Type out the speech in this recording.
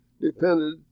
depended